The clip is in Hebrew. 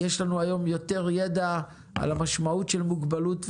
יש לנו היום יותר ידע על המשמעות של מוגבלות,